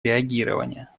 реагирования